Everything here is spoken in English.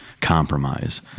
compromise